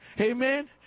Amen